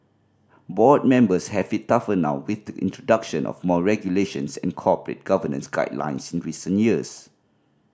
board members have it tougher now with the introduction of more regulations and corporate governance guidelines in recent years